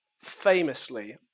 famously